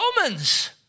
Romans